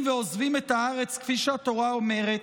ועוזבים את הארץ כפי שהתורה אומרת,